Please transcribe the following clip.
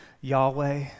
Yahweh